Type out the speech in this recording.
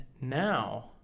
now